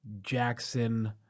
Jackson